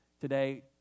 today